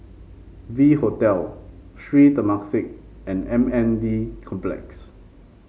V Hotel Sri Temasek and M N D Complex